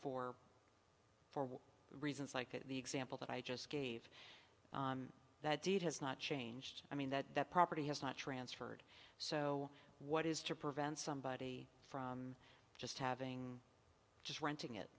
for four reasons like the example that i just gave that deed has not changed i mean that that property has not transferred so what is to prevent somebody from just having just renting